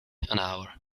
hour